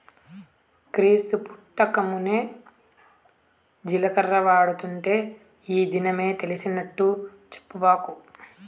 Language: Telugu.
క్రీస్తు పుట్టకమున్నే జీలకర్ర వాడుతుంటే ఈ దినమే తెలిసినట్టు చెప్పబాకు